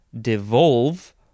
devolve